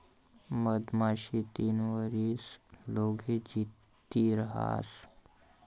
मधमाशी तीन वरीस लोग जित्ती रहास